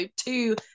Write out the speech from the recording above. two